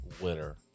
winner